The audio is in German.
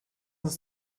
uns